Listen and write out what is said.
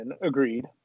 agreed